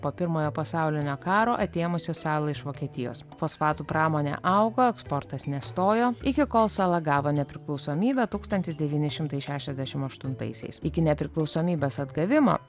po pirmojo pasaulinio karo atėmusi salą iš vokietijos fosfatų pramonė augo eksportas nestojo iki kol sala gavo nepriklausomybę tūkstantis devyni šimtai šešiasdešim aštuntaisiais iki nepriklausomybės atgavimo